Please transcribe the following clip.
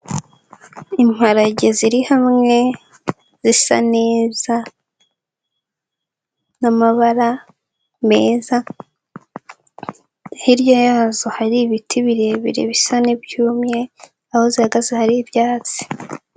Imparage ziri hamwe zisa neza n'amabara meza, hirya yazo hari ibiti birebire bisa n'ibyumye, aho zihagaze hari ibyatsi.